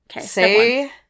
Say